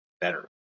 better